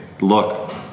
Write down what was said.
Look